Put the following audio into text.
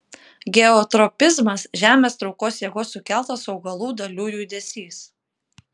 geotropizmas žemės traukos jėgos sukeltas augalų dalių judesys